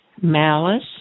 malice